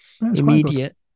immediate